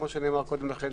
כמו שנאמר קודם לכן,